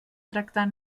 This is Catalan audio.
tractar